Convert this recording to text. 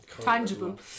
tangible